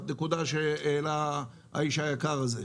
הנקודה שהעלה האיש היקר הזה.